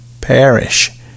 perish